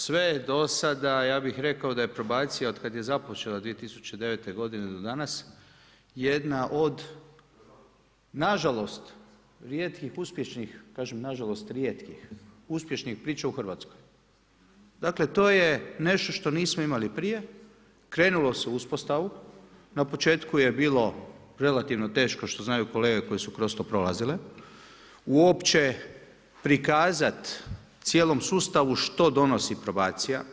Sve do sada ja bih rekao da je probacija od kada je započela 2009. godine do danas jedna od nažalost rijetkih uspješnih, kažem nažalost rijetkih, uspješnih priča u Hrvatskoj. dakle to je nešto što nismo imali prije, krenulo se u uspostavu, na početku je bilo relativno teško što znaju kolege koje su kroz to prolazile, uopće prikazat cijelom sustavu što donosi probacija.